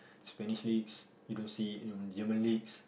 Spanish leagues you don't see you know on German leagues